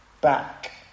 back